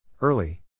Early